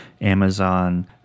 Amazon